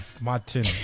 Martin